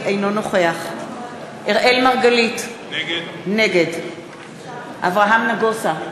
אינו נוכח אראל מרגלית, נגד אברהם נגוסה,